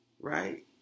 right